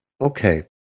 Okay